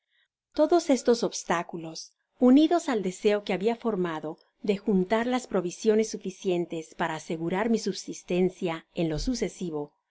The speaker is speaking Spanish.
todos esos obstáculos unidos al deseo que habia formado de juntar las provisiones suficientes para asegurar mi subsistencia en lo sucesivo